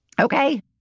Okay